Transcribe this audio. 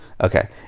Okay